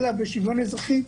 את השוויון כשוויון אזרחי.